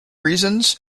reasons